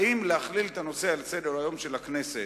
האם להכליל את הנושא בסדר-היום של הכנסת,